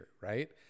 right